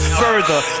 further